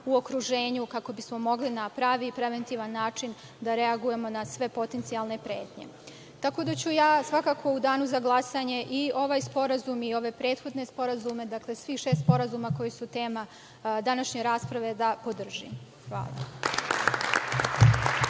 u okruženju kako bismo mogli na pravi i preventivan način da reagujemo na sve potencijalne pretnje. Tako da, ja ću svakako u danu za glasanje i ovaj sporazum i ove prethodne sporazume, dakle, svih šest sporazuma koja su tema današnje rasprave da podržim. Hvala.